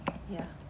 ya